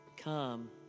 Come